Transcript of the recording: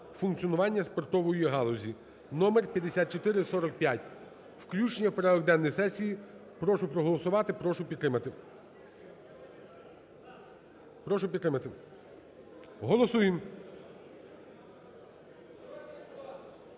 Номер 5445. Включення в порядок денний сесії. Прошу проголосувати. Прошу підтримати. Прошу підтримати. Голосуємо.